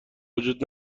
وجود